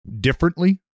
differently